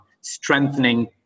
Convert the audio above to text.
strengthening